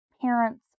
parents